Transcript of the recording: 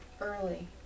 early